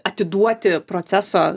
atiduoti proceso